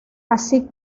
así